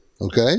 Okay